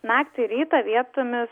naktį rytą vietomis